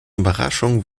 überraschung